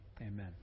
Amen